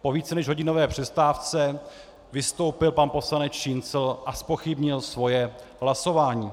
Po více než hodinové přestávce vystoupil pan poslanec Šincl a zpochybnil svoje hlasování.